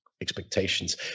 expectations